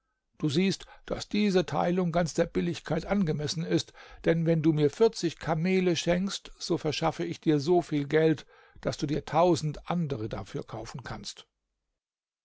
du siehst daß diese teilung ganz der billigkeit angemessen ist denn wenn du mir vierzig kamele schenkst so verschaffe ich dir so viel geld daß du dir tausend andere dafür kaufen kannst